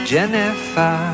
Jennifer